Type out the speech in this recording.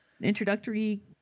introductory